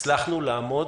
הצלחנו לעמוד,